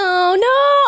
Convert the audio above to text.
no